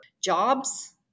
jobs